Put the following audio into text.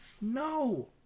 no